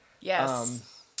yes